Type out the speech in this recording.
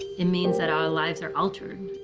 it means that our lives are altered,